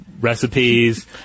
recipes